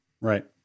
right